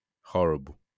horrible